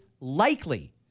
likely